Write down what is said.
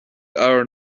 fhear